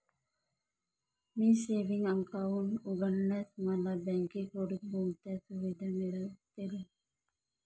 मी savings account उघडल्यास मला बँकेकडून कोणत्या सुविधा मिळतील?